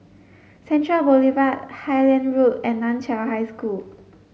Central Boulevard Highland Road and Nan Chiau High School